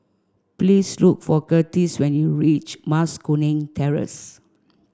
please look for Curtiss when you reach Mas Kuning Terrace